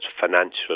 financial